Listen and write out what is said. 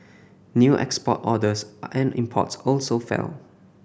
new export orders and imports also fell